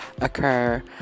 occur